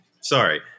sorry